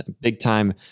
big-time